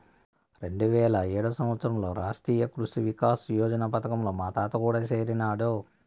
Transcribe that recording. రెండువేల ఏడు సంవత్సరంలో రాష్ట్రీయ కృషి వికాస్ యోజన పథకంలో మా తాత కూడా సేరినాడు